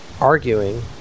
arguing